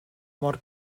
mor